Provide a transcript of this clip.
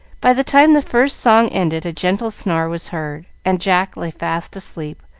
by the time the first song ended a gentle snore was heard, and jack lay fast asleep,